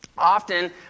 Often